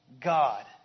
God